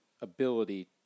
ability